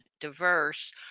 diverse